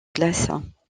glace